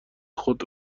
خود